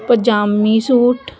ਪਜਾਮੀ suit